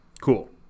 cool